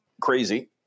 crazy